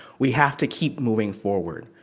we have to keep moving forward.